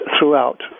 throughout